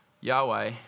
Yahweh